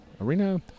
arena